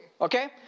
Okay